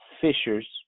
fishers